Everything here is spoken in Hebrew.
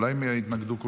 אולי כולם יתנגדו.